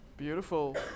beautiful